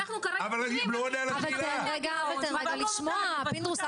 חבר הכנסת פינדרוס,